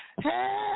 Hey